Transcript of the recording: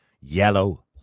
yellow